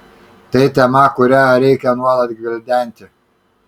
tai tema kurią reikia nuolat gvildenti